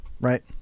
right